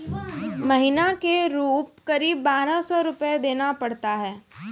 महीना के रूप क़रीब बारह सौ रु देना पड़ता है?